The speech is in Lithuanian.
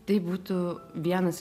tai būtų vienas